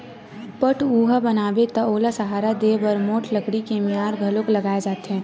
पठउहाँ बनाबे त ओला सहारा देय बर मोठ लकड़ी के मियार घलोक लगाए जाथे